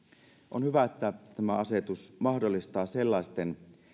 on hyvä että tämä asetus mahdollistaa sellaisten